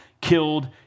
killed